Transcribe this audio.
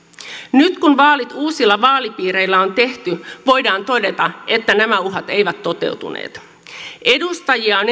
nyt kun vaalit uusilla vaalipiireillä on tehty voidaan todeta että nämä uhat eivät toteutuneet edustajia on